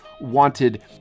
wanted